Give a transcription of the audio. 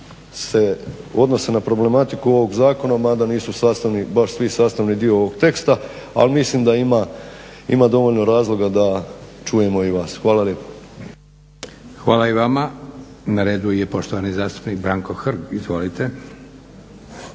se odnose sva na problematiku ovog zakona mada nisu baš svi sastavni dio ovog teksta ali mislim da ima dovoljno razloga da čujemo i vas. Hvala lijepa. **Leko, Josip (SDP)** Hvala i vama. Na redu je poštovani zastupnik Branko Hrg. Izvolite.